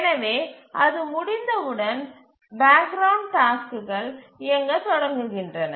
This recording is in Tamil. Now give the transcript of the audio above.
எனவே அது முடிந்தவுடன் பேக் கிரவுண்ட் டாஸ்க்குகள் இயங்கத் தொடங்குகின்றன